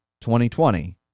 2020